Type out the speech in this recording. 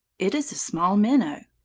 it is a small minnow.